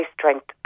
strength